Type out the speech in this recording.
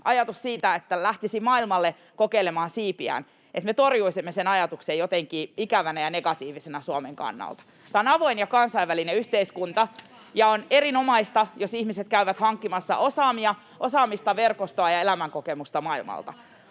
ajatuksen siitä, että lähtisi maailmalle kokeilemaan siipiään, jotenkin ikävänä ja negatiivisena Suomen kannalta. [Leena Meri: Eihän sitä kukaan väitä!] Tämä on avoin ja kansainvälinen yhteiskunta, ja on erinomaista, jos ihmiset käyvät hankkimassa osaamista, verkostoa ja elämänkokemusta maailmalta.